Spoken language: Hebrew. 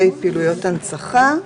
(ה) פעילויות הנצחה.